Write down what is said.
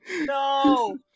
No